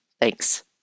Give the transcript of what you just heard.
Thanks